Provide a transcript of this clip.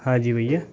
हाँ जी भैया